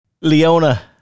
leona